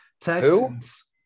Texans